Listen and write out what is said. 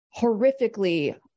horrifically